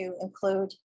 include